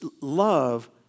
Love